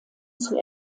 zur